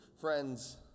friends